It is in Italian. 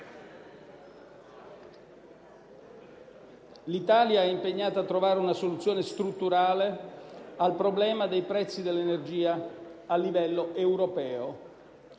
L'Italia è impegnata a trovare una soluzione strutturale al problema dei prezzi dell'energia a livello europeo.